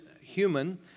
human